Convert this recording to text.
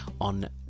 on